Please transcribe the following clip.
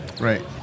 Right